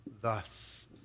thus